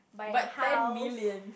but ten million